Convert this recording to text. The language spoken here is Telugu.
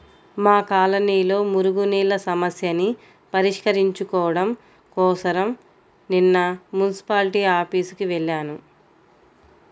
మా కాలనీలో మురుగునీళ్ళ సమస్యని పరిష్కరించుకోడం కోసరం నిన్న మున్సిపాల్టీ ఆఫీసుకి వెళ్లాను